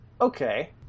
okay